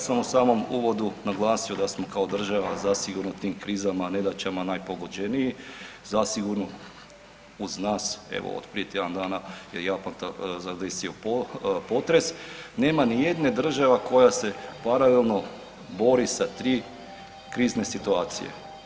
Znači ja sam u samom uvodu naglasio da smo kao država zasigurno tim krizama, nedaćama najpogođeniji, zasigurno uz nas od prije tjedan dana je Japan zadesio potres, nema ni jedne države koja se paralelno bori sa tri krizne situacije.